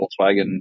Volkswagen